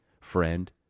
friend